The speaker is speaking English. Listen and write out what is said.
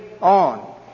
on